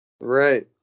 Right